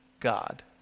God